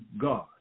God